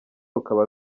rukaba